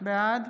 בעד